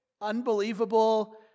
unbelievable